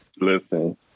listen